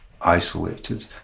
isolated